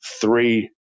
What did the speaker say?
three